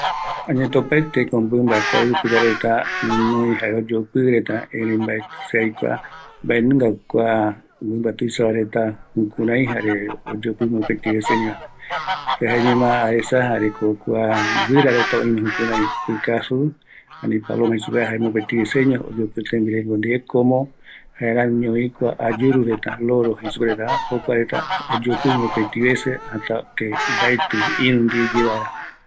Opaeteko kua mɨmba reta oyopɨ, erei mbaetï aikua kianunga retako jaeño mopetɨ oyopi oiko vaera como pareja, kua pɨkaju reta jukurai, ayuru reta jaenunga vi, iru mbaetɨ aikua